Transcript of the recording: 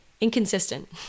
inconsistent